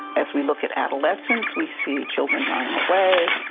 as we look at adolescents, we see children running away,